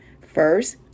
First